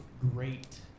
great